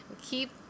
keep